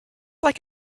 like